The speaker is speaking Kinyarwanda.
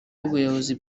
y’ubuyobozi